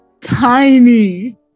Tiny